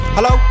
Hello